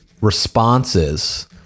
responses